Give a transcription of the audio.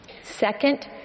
Second